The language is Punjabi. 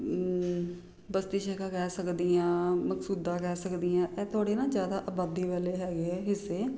ਬਸਤੀ ਸ਼ੇਖਾਂ ਕਹਿ ਸਕਦੀ ਹਾਂ ਮਕਸੂਦਾਂ ਕਹਿ ਸਕਦੀ ਹਾਂ ਇਹ ਥੋੜ੍ਹੇ ਨਾ ਜ਼ਿਆਦਾ ਅਬਾਦੀ ਵਾਲ਼ੇ ਹੈਗੇ ਹੈ ਹਿੱਸੇ